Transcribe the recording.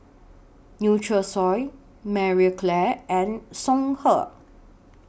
Nutrisoy Marie Claire and Songhe